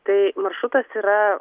tai maršrutas yra